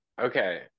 Okay